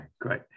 great